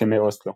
הסכמי אוסלו